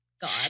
god